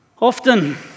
Often